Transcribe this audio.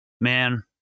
man